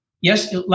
Yes